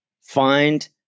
find